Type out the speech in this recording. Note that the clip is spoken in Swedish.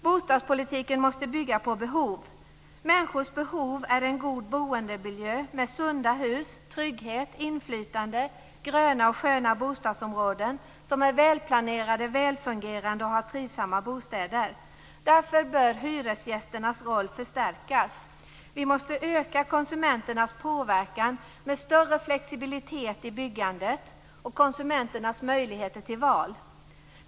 Bostadspolitiken måste bygga på behov. Människors behov utgörs av en god boendemiljö med sunda hus, trygghet, inflytande, gröna och sköna bostadsområden som är välplanerade, välfungerande och med trivsamma bostäder. Därför bör hyresgästernas roll förstärkas. Vi måste öka konsumenternas påverkan med större flexibilitet i byggandet och större möjligheter till val.